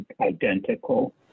identical